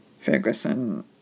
Ferguson